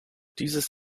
dieses